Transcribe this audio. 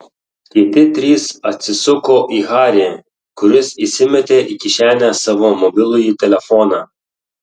kiti trys atsisuko į harį kuris įsimetė į kišenę savo mobilųjį telefoną